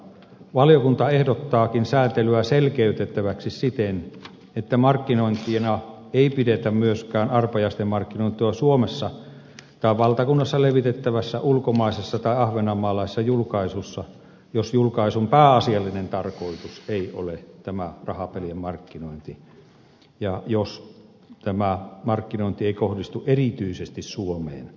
valiokunta ehdottaakin säätelyä selkeytettäväksi siten että markkinointina ei pidetä myöskään arpajaisten markkinointia suomessa tai valtakunnassa levitettävässä ulkomaisessa tai ahvenanmaalaisessa julkaisussa jos julkaisun pää asiallinen tarkoitus ei ole tämä rahapelien markkinointi ja jos tämä markkinointi ei kohdistu erityisesti suomeen tai valtakuntaan